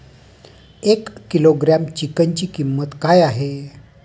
एक किलोग्रॅम चिकनची किंमत काय आहे?